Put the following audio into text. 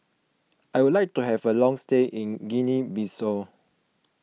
I would like to have a long stay in Guinea Bissau